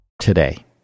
Today